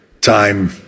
time